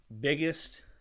biggest